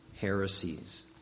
heresies